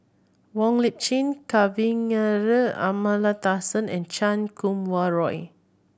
Wong Lip Chin Kavignareru Amallathasan and Chan Kum Wah Roy